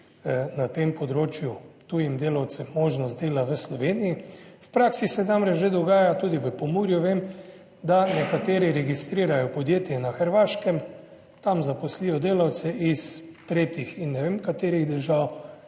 na tem področju tujim delavcem možnost dela v Sloveniji. V praksi se namreč že dogaja, tudi v Pomurju, vem, da nekateri registrirajo podjetje na Hrvaškem, tam zaposlijo delavce iz tretjih in ne vem katerih držav,